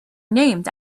named